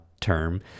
term